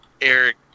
Eric